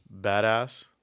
badass